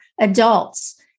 adults